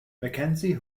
mackenzie